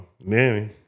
Nanny